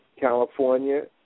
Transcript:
California